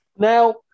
Now